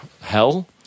hell